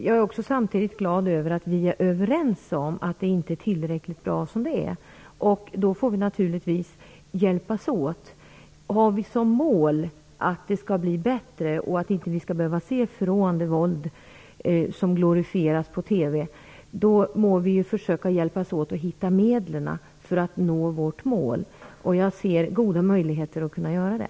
Jag är samtidigt glad över att vi är överens om att det inte är tillräckligt bra som det är. Då får vi naturligtvis hjälpas åt. Har vi som mål att det skall bli bättre och att vi inte skall behöva se förråande våld som glorifieras på TV, må vi försöka hjälpas åt att hitta medlen för att nå vårt mål. Jag ser goda möjligheter till det.